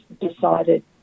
decided